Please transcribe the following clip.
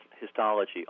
histology